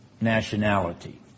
nationality